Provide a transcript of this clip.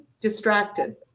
Distracted